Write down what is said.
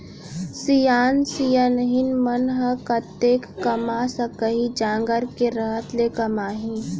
सियान सियनहिन मन ह कतेक कमा सकही, जांगर के रहत ले कमाही